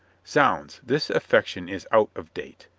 zounds! this affection is out of date.